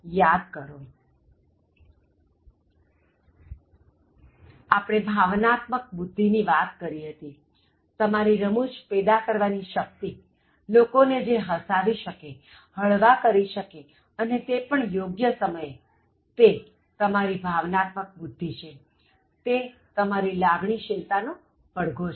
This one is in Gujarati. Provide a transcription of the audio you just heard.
યાદ કરો આપણે ભાવનાત્મક બુધ્ધિ ની વાત કરી હતીતમારી રમૂજ પેદા કરવાની શક્તિલોકોને જે હસાવી શકેહળવા કરી શકે અને તે પણ યોગ્ય સમયે તે તમારી ભાવનાત્મક બુધ્ધિ છે તે તમારી લાગણીશીલતા નો પડઘો છે